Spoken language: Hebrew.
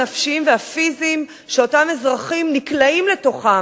הנפשיים והפיזיים שאותם אזרחים נקלעים אליהם.